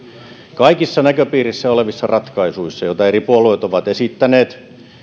kaikissa näköpiirissä olevissa ratkaisuissa joita eri puolueet ovat esittäneet